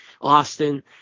Austin